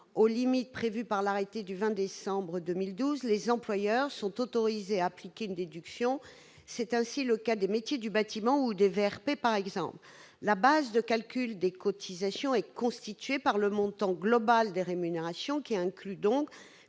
aux limites prévues par l'arrêté du 20 décembre 2012, les employeurs sont autorisés à appliquer une déduction. C'est le cas pour les métiers du bâtiment ou les VRP, par exemple. La base de calcul des cotisations est constituée par le montant global des rémunérations, qui inclut donc